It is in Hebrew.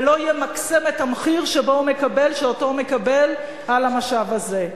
ולא ימקסם את המחיר שאותו הוא מקבל על המשאב הזה.